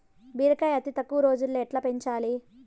బీరకాయ అతి తక్కువ రోజుల్లో ఎట్లా పెంచాలి?